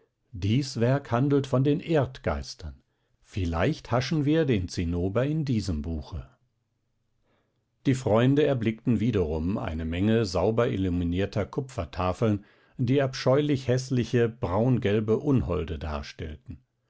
dies werk handelt von den erdgeistern vielleicht haschen wir den zinnober in diesem buche die freunde erblickten wiederum eine menge sauber illuminierter kupfertafeln die abscheulich häßliche braungelbe unholde darstellten